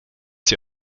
sie